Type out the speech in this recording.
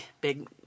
big